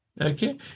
Okay